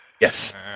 Yes